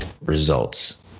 results